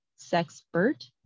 sexpert